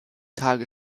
tage